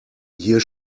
hier